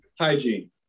Hygiene